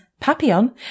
Papillon